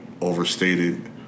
overstated—